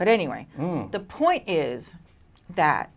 but anyway the point is that